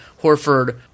Horford